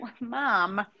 mom